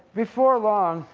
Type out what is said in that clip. before long,